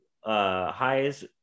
highest